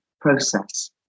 process